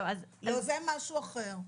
לא, זה משהו אחר.